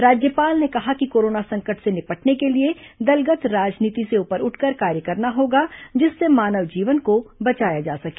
राज्यपाल ने कहा कि कोरोना संकट से निपटने के लिए दलगत राजनीति से ऊपर उठकर कार्य करना होगा जिससे मानव जीवन को बचाया जा सके